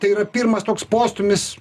tai yra pirmas toks postūmis